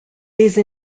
these